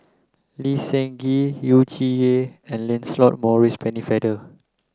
Lee Seng Gee Yu Zhuye and Lancelot Maurice Pennefather